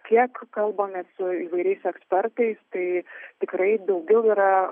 kiek kalbame su įvairiais ekspertais tai tikrai daugiau yra